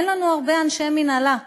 אין לנו הרבה אנשי מינהלה.